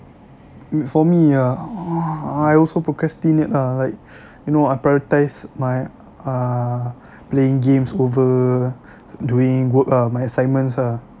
for me ah I also procrastinate lah like you know I prioritize my err playing games over doing work ah my assignments ah